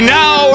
now